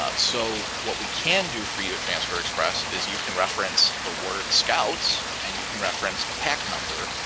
ah so what we can do for you at transfer express is you can reference the word scouts and you can reference a pack number.